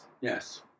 Yes